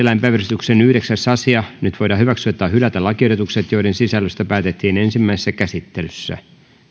päiväjärjestyksen yhdeksäs asia nyt voidaan hyväksyä tai hylätä lakiehdotukset joiden sisällöstä päätettiin ensimmäisessä käsittelyssä